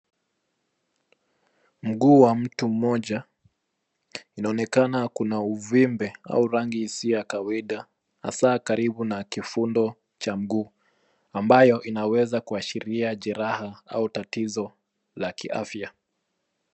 Mguu wa mtu mmoja inaonekana kuna uvimbe au rangi isiyo ya kawaida hasa karibu na kifundo cha mguu ambayo inaweza kuashiria jeraha au tatizo la kiafya.